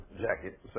jacket